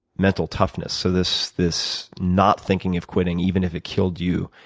mental toughness, so this this not thinking of quitting even if it killed you?